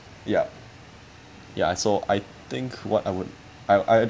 ya ya so I think what I would I I